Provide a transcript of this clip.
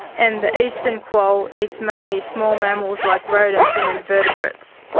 and the eastern quoll eats mainly small mammals like rodents and invertebrates.